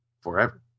forever